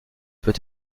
peut